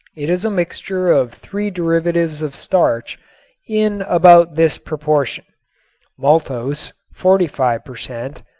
it is a mixture of three derivatives of starch in about this proportion maltose forty five per cent.